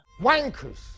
wankers